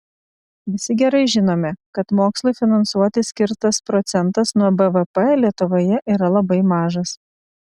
visi gerai žinome kad mokslui finansuoti skirtas procentas nuo bvp lietuvoje yra labai mažas